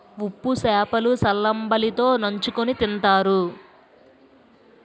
ఉప్పు సేప లు సల్లంబలి తో నంచుకుని తింతారు